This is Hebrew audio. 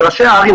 בראשי ההרים.